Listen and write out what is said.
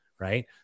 Right